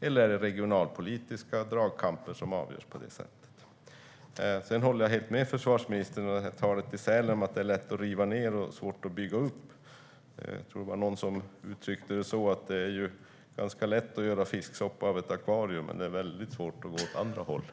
Eller är det regionalpolitiska dragkamper som avgörs på det sättet? Sedan håller jag helt med försvarsministern när det gäller talet i Sälen om att det är lätt att riva ned och svårt att bygga upp. Jag tror att det var någon som uttryckte det så att det är ganska lätt att göra fisksoppa av ett akvarium, men det är väldigt svårt att gå åt andra hållet.